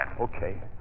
Okay